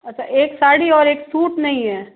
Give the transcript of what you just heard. अच्छा एक साड़ी और एक सूट नहीं है